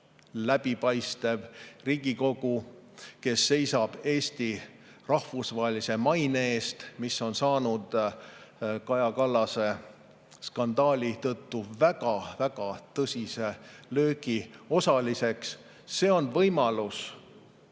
läbipaistev Riigikogu, kes seisab Eesti rahvusvahelise maine eest, mis on saanud Kaja Kallase skandaali tõttu väga-väga tõsise löögi osaliseks. See on võimalus